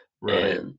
Right